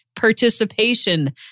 participation